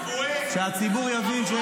שיבינו אותו.